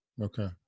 Okay